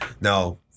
Now